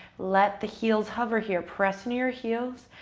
let the heels hover here. press in your heels,